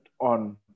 on